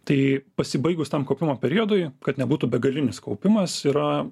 tai pasibaigus tam kaupimo periodui kad nebūtų begalinis kaupimas yra